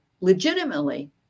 legitimately